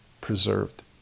preserved